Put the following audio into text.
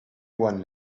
one